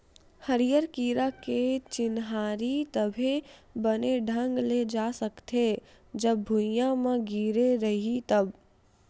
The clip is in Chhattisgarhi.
हरियर कीरा के चिन्हारी तभे बने ढंग ले जा सकथे, जब भूइयाँ म गिरे रइही तब